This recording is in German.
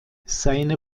seine